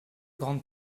grandes